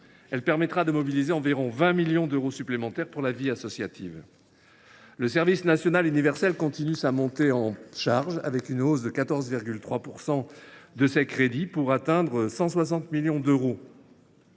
mesure permettra de mobiliser environ 20 millions d’euros supplémentaires pour la vie associative. Le service national universel (SNU) continue sa montée en charge : on relève une hausse de 14,3 % de ses crédits, pour atteindre 160 millions d’euros.